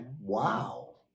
Wow